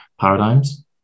paradigms